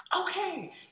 Okay